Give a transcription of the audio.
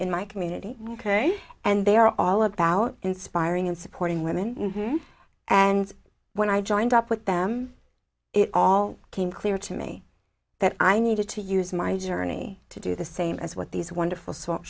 in my community ok and they are all about inspiring and supporting women and when i joined up with them it all came clear to me that i needed to use my journey to do the same as what these wonderful s